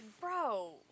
Bro